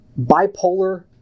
bipolar